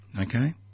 Okay